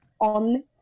on